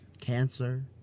Cancer